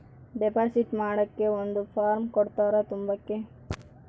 deposit ಮಾಡಕ್ಕೆ ಒಂದ್ form ಕೊಡ್ತಾರ ತುಂಬಕ್ಕೆ